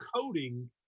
coding